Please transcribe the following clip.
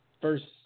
first